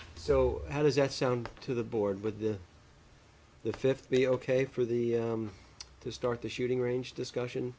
so how does that sound to the board with the the fifth be ok for the to start the shooting range discussion